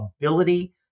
ability